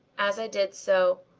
as i did so,